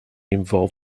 involved